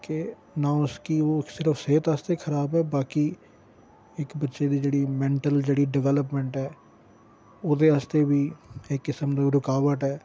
के ना उसकी ओह् सिर्फ सेह्त आस्तै खराब ऐ बाकी इक बच्चे दी जेह्ड़ी मेंटल जेह्ड़ी डिबैल्पमैंट ऐ ओह्दे आस्तै बी इक किस्म दी ओह् रुकाबट ऐ